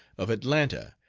of atlanta,